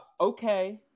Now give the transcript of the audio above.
okay